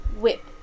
whip